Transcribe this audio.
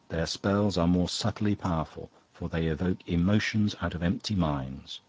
their spells are more subtly powerful, for they evoke emotions out of empty minds.